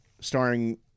starring